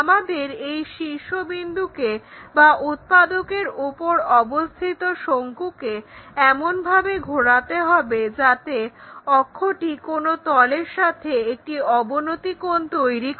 আমাদের এই শীর্ষবিন্দুকে বা উৎপাদকের ওপর অবস্থিত শঙ্কুকে এমনভাবে ঘোরাতে হবে যাতে অক্ষটি কোনো তলের সাথে একটি অবনতি কোণ তৈরি করে